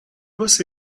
você